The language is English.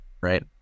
right